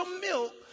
milk